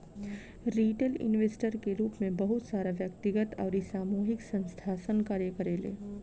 retail investor के रूप में बहुत सारा व्यक्तिगत अउरी सामूहिक संस्थासन कार्य करेले